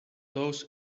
those